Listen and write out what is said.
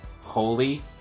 holy